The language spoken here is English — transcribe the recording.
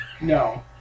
no